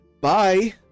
Bye